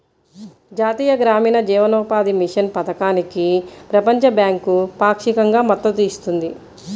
జాతీయ గ్రామీణ జీవనోపాధి మిషన్ పథకానికి ప్రపంచ బ్యాంకు పాక్షికంగా మద్దతు ఇస్తుంది